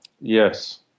Yes